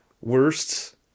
worst